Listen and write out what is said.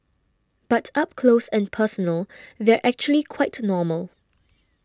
but up close and personal they're actually quite normal